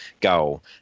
goal